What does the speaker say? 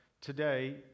today